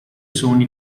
sogni